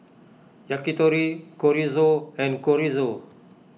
Yakitori Chorizo and Chorizo